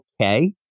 okay